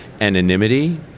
anonymity